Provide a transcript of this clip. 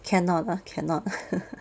cannot lah cannot